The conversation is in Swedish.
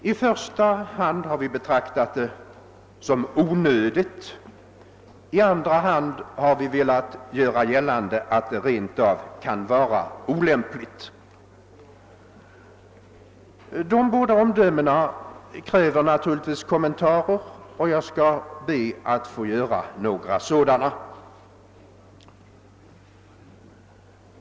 I första hand har vi betraktat det som onödigt, i andra hand har vi velat göra gällande att det rent av kan vara olämpligt. Dessa båda omdömen kräver naturligtvis kommentarer, och jag skall be att få göra några sådana.